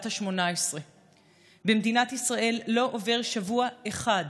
בת 18. במדינת ישראל לא עובר שבוע אחד